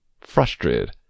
frustrated